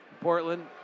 Portland